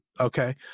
okay